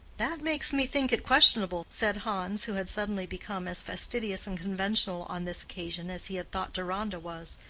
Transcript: that makes me think it questionable, said hans, who had suddenly become as fastidious and conventional on this occasion as he had thought deronda was,